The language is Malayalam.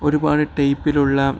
ഒരുപാട് ടൈപ്പിലുള്ള